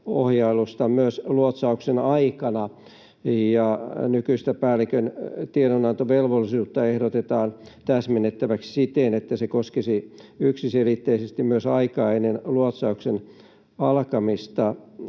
ohjailusta myös luotsauksen aikana, ja nykyistä päällikön tiedonantovelvollisuutta ehdotetaan täsmennettäväksi siten, että se koskisi yksiselitteisesti myös aikaa ennen luotsauksen alkamista,